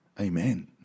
Amen